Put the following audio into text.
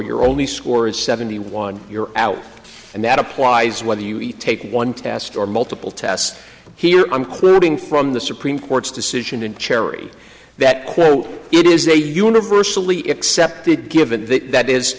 your only score is seventy one you're out and that applies whether you eat take one test or multiple tests here i'm clear being from the supreme court's decision in cherry that quote it is a universally accepted given that